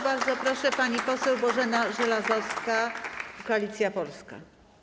Bardzo proszę, pani poseł Bożena Żelazowska, Koalicja Polska.